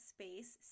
Space